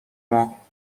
ماه